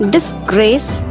Disgrace